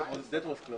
הישיבה ננעלה